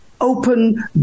open